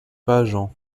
pageant